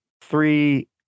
Three